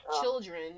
children